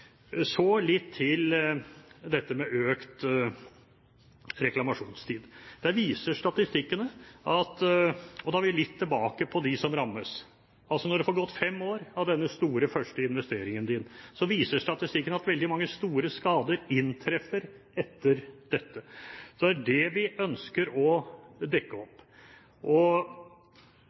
Så litt til dette med økt reklamasjonstid, og da er vi tilbake til dem som rammes. Statistikken viser at når det har gått fem år etter denne første store investeringen din, inntreffer veldig mange store skader. Det er det vi ønsker å dekke opp.